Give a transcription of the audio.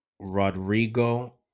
Rodrigo